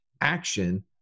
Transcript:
action